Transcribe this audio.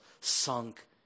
sunk